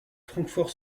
francfort